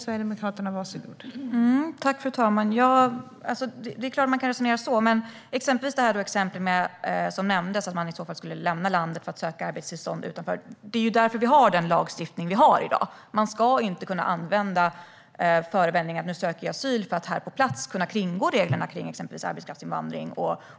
Fru talman! Det är klart att det går att resonera så. Det nämndes ett exempel om att man i så fall skulle lämna landet för att söka arbetstillstånd från något annat land. Det är ju därför som vi har den lagstiftning som vi har i dag. Man ska inte kunna använda förevändningen att söka asyl för att här på plats kunna kringgå reglerna om till exempel arbetskraftsinvandring.